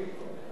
טועה,